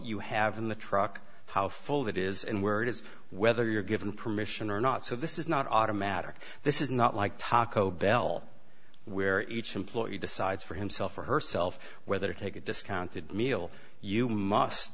you have in the truck how full that is and where it is whether you're given permission or not so this is not automatic this is not like taco bell where each employee decides for himself or herself whether take a discounted meal you must